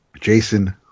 Jason